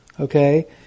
Okay